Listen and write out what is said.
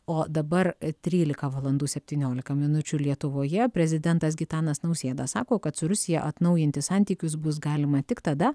o dabar trylika valandų septyniolika minučių lietuvoje prezidentas gitanas nausėda sako kad su rusija atnaujinti santykius bus galima tik tada